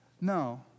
No